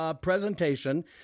presentation